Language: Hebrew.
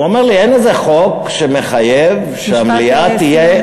הוא אומר לי: אין איזה חוק שמחייב שהמליאה תהיה,